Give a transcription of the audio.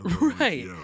right